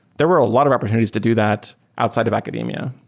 there were a lot of opportunities to do that outside of academia.